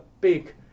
big